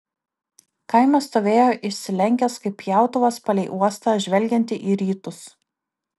kaimas stovėjo išsilenkęs kaip pjautuvas palei uostą žvelgiantį į rytus